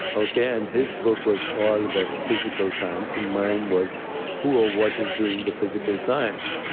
ah okay? and his book was all about physical science, and mine was who or what is doing the physical science?